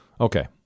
Okay